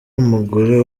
umugore